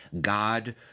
God